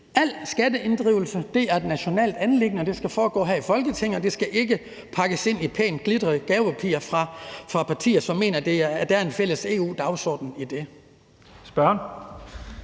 Al skatteinddrivelse er et nationalt anliggende, og det skal besluttes her i Folketinget, og det skal ikke pakkes ind i pænt, glitret gavepapir fra partier, som mener, at der er en fælles EU-dagsorden i det.